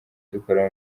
dukora